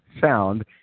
sound